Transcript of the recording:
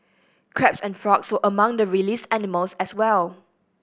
crabs and frogs were among the released animals as well